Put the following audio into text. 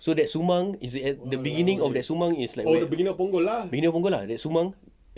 so that sumang is the end the beginning of that sumang is like the end middle of punggol lah that sumang